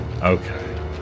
Okay